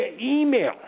email